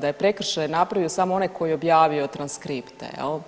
da je prekršaj napravio samo onaj tko je objavio transkripte, je li.